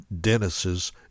Dennis's